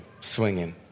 swinging